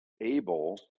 able